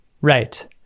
Right